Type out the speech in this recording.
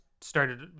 started